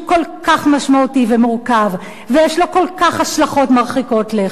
כך משמעותי ומורכב ויש לו השלכות כל כך מרחיקות לכת".